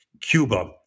Cuba